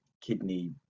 kidney